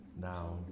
now